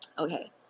Okay